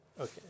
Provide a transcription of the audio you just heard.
Okay